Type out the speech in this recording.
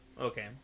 Okay